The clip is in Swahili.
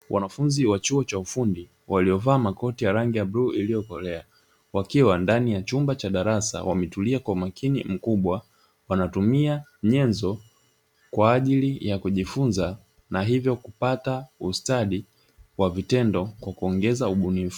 Wanafunzi wa chuo cha ufundi waliofaa makoti ya rangi ya bluu iliyokolea, wakiwa ndani ya chumba cha darasa wametulia kwa makini mkubwa, wanatumia nyenzo kwa ajili ya kujifunza na hivyo kupata ustadi wa vitendo kwa kuongeza ubunifu.